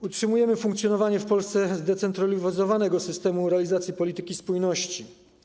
Utrzymujemy funkcjonowanie w Polsce zdecentralizowanego systemu realizacji polityki spójności.